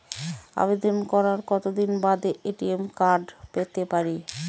আবেদন করার কতদিন বাদে এ.টি.এম কার্ড পেতে পারি?